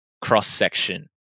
cross-section